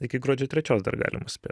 iki gruodžio trečios dar galima spėt